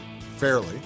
fairly